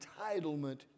entitlement